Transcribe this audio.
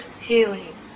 healing